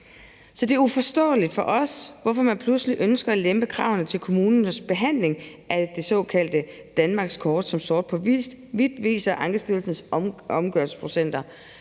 det er uforståeligt for os, at man pludselig ønsker at lempe kravene til kommunernes behandling af det såkaldte danmarkskort, som sort på hvidt viser Ankestyrelsens omgørelsesprocenter.